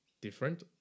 different